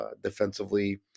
defensively